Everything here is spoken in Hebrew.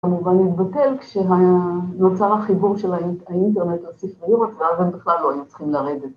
‫כמובן נתבטל כשנוצר החיבור ‫של האינטרנט לספריות, ‫ואז הם בכלל לא היו צריכים לרדת.